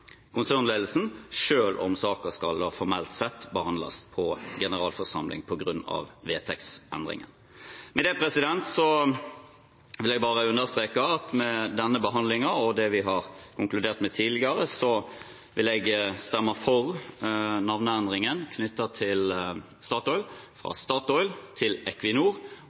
formelt sett skal behandles på generalforsamlingen på grunn av vedtektsendringen. Med det vil jeg bare understreke at med denne behandlingen og det vi har konkludert med tidligere, vil jeg stemme for navneendringen til Statoil – fra Statoil til Equinor